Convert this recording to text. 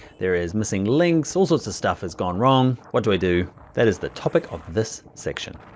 there is missing links, all sorts of stuff has gone wrong, what do i do? that is the topic of this section.